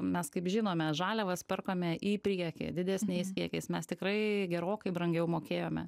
mes kaip žinome žaliavas perkame į priekį didesniais kiekiais mes tikrai gerokai brangiau mokėjome